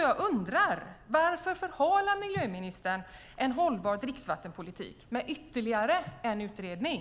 Jag undrar därför: Varför förhalar miljöministern en hållbar dricksvattenpolitik med ytterligare en utredning?